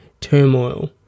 turmoil